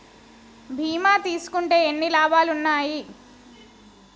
బీమా తీసుకుంటే ఎన్ని లాభాలు ఉన్నాయి?